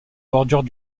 bordure